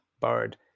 bird